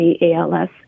ALS